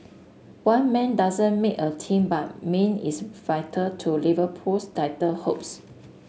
one man doesn't make a team but Mane is vital to Liverpool's title hopes